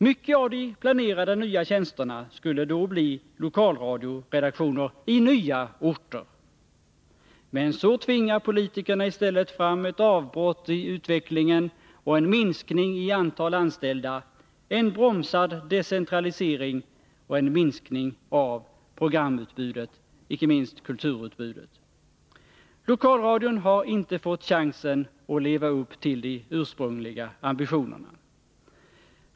Många av de planerade nya tjänsterna skulle då bli lokalradioredaktioner i nya orter. Men så tvingar politikerna i stället fram ett avbrott i utvecklingen och en minskning av antalet anställda, en bromsad decentralisering och en minskning av programutbudet, inte minst kulturutbudet. Lokalradion har inte fått chansen att leva upp till de ursprungliga ambitionerna.